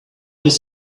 his